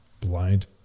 blind